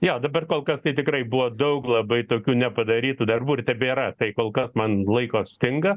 jo dabar kol kas tai tikrai buvo daug labai tokių nepadarytų darbų ir tebėra tai kol kas man laiko stinga